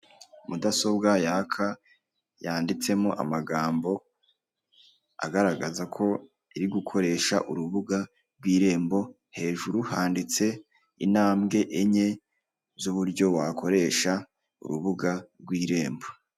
Mudasobwa yaka, yanditsemo amagambo, agaragaza ko iri gukoresha urubuga rw'irembo, hejuru handitse intambwe enye z'uburyo wakoresha urubuga rw'irembo.